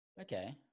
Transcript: Okay